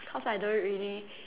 cause I don't really